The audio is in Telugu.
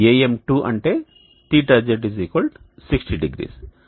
AM2 అంటే θz 600